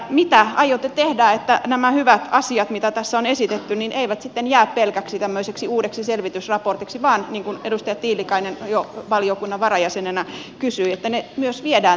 mitä aiotte tehdä että nämä hyvät asiat mitä tässä on esitetty eivät sitten jää tämmöiseksi pelkäksi uudeksi selvitysraportiksi vaan niin kuin edustaja tiilikainen jo valiokunnan varajäsenenä kysyi että ne myös viedään toimenpiteinä käytäntöön